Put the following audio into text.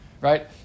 right